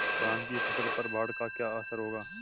धान की फसल पर बाढ़ का क्या असर होगा?